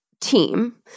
team